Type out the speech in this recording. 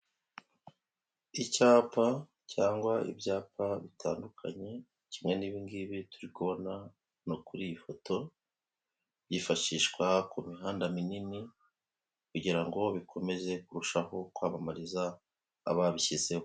Icyapa cyangwa ibyapa bitandukanye, kimwe n'ibingibi turi kubona hano kuri iyi foto, byifashishwa ku mihanda minini, kugira ngo bikomeze kurushaho kwamamariza ababishyizeho.